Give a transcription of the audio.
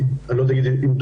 אני לא יודע להגיד דומה,